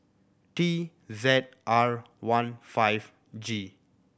T Z R one five G